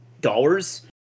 dollars